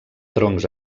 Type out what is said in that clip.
troncs